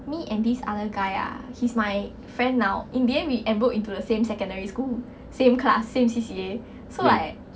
me and this other guy ah he's my friend now in the end we enrolled into the same secondary school same class same C_C_A so like